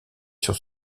sur